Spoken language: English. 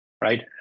right